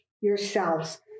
yourselves